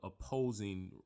opposing